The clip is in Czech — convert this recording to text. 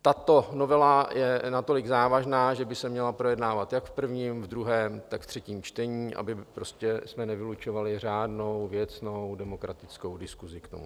Tato novela je natolik závažná, že by se měla projednávat jak v prvním, druhém, tak v třetím čtení, abychom prostě nevylučovali řádnou věcnou, demokratickou diskusi k tomu.